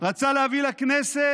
ורצה להביא לכנסת